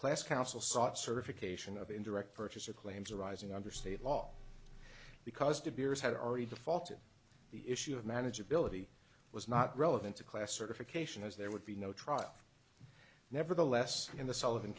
class counsel sought certification of indirect purchaser claims arising under state law because de beers had already defaulted the issue of manageability was not relevant to class certification as there would be no trial nevertheless in the sull